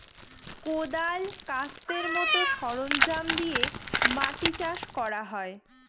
কোঁদাল, কাস্তের মতো সরঞ্জাম দিয়ে মাটি চাষ করা হয়